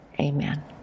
Amen